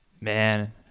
Man